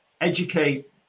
educate